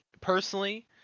personally